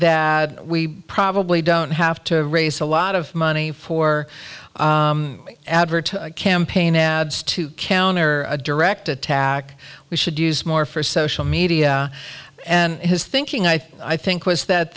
that we probably don't have to raise a lot of money for advertising campaign ads to counter a direct attack we should use more for social media and his thinking i think was that